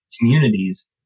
communities